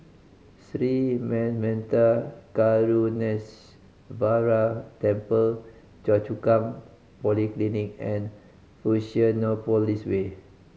Sri Manmatha Karuneshvarar Temple Choa Chu Kang Polyclinic and Fusionopolis Way